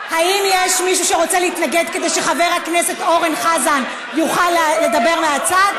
האם יש מישהו שרוצה להתנגד כדי שחבר הכנסת אורן חזן יוכל לדבר מהצד?